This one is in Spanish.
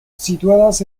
situadas